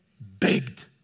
begged